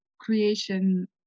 creation